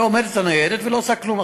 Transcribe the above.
ועומדת הניידת ולא עושה כלום.